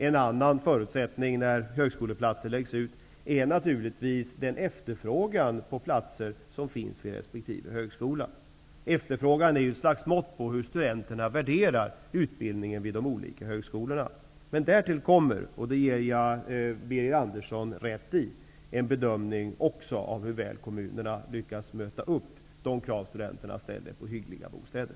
En annan förutsättning när högskoleplatser läggs ut, är naturligtvis den efterfrågan på platser som finns vid resp. högskola. Efterfrågan är ett slags mått på hur studenterna värderar utbildningen vid de olika högskolorna. Därtill kommer, och det ger jag Birger Andersson rätt i, även en bedömning av hur väl kommunerna lyckas möta de krav studenterna ställer på hyggliga bostäder.